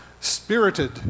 spirited